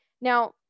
Now